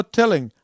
telling